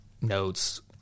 notes